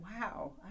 Wow